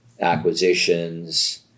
acquisitions